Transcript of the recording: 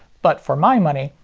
but for my money,